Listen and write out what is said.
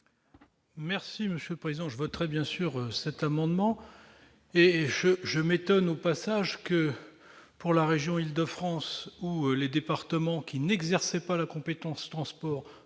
monsieur le président je voterai bien sûr cet amendement et je je m'étonne au passage que pour la région Île-de-France, ou les départements qui n'exerçait pas la compétence transports